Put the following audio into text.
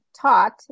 taught